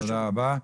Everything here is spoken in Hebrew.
תודה רבה.